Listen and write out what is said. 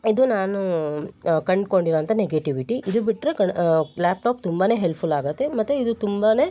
ಇದು ನಾನು ಕಂಡುಕೊಂಡಿರುವಂಥ ನೆಗೆಟಿವಿಟಿ ಇದು ಬಿಟ್ಟರೆ ಗಣಕ ಲ್ಯಾಪ್ಟಾಪ್ ತುಂಬಾ ಹೆಲ್ಫುಲ್ ಆಗುತ್ತೆ ಮತ್ತು ಇದು ತುಂಬಾ